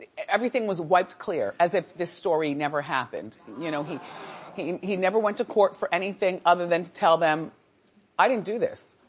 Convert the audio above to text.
everything was wiped clear as if this story never happened. you know he he never went to court for anything other than to tell them i didn't do this.